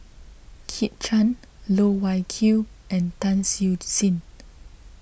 Kit Chan Loh Wai Kiew and Tan Siew Sin